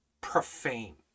profane